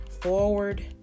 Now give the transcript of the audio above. forward